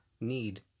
need